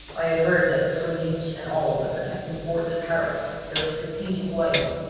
i had heard that between each and all of the protecting forts of paris there are strategic ways,